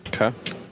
Okay